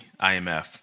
IMF